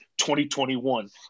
2021